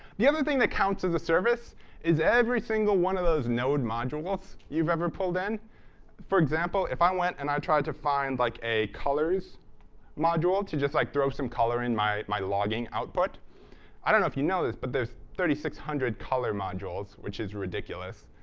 the other thing that counts as a service is, every single one of those node modules you've ever pulled in for example, if i went and i tried to find like a colors module to just like throw some color in my my logging output i don't know if you know this, but there's three thousand six hundred color modules, which is ridiculous.